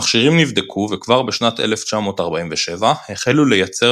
המכשירים נבדקו וכבר בשנת 1947 החלו לייצר